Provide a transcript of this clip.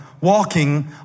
walking